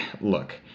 look